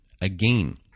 again